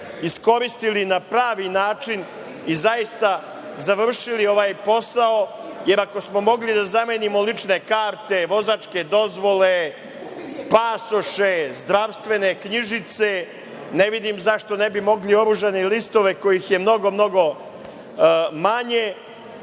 iskoristili na pravi način i zaista završili ovaj posao, jer ako smo mogli da zamenimo lične karte, vozačke dozvole, pasoše, zdravstvene knjižice, ne vidim zašto ne bi mogli oružane listove kojih je mnogo manje